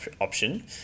option